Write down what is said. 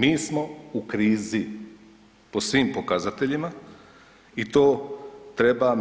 Mi smo u krizi po svim pokazateljima i to treba,